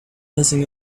messing